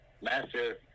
Master